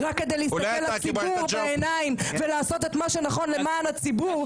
רק כדי להסתכל לציבור בעיניים ולעשות את מה שנכון למען הציבור,